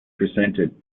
presented